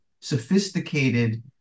sophisticated